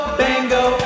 bingo